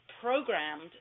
programmed